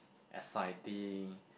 exciting